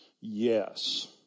yes